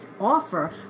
offer